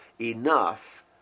enough